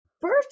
First